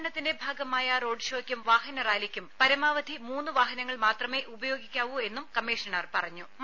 പ്രചരണത്തിന്റെ ഭാഗമായ റോഡ് ഷോയ്ക്കും വാഹന റാലിക്കും പരമാവധി മൂന്ന് വാഹനങ്ങൾ മാത്രമേ ഉപയോഗിക്കാവൂ എന്നും കമ്മീഷണർ പറഞ്ഞു